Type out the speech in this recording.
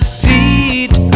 seat